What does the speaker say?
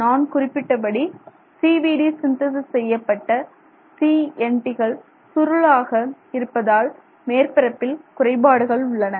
நான் குறிப்பிட்டபடி CVD synthesis செய்யப்பட்ட CNT கள் சுருளாக இருப்பதால் மேற்பரப்பில் குறைபாடுகள் உள்ளன